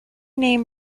name